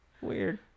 Weird